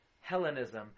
Hellenism